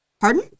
Pardon